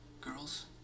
Girls